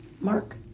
Mark